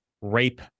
rape